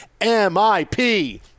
M-I-P